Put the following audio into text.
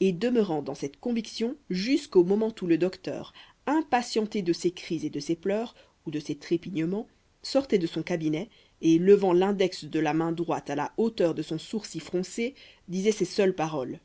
et demeurant dans cette conviction jusqu'au moment où le docteur impatienté de ses cris et de ses pleurs ou de ses trépignements sortait de son cabinet et levant l'index de la main droite à la hauteur de son sourcil froncé disait ces seules paroles